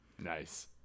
Nice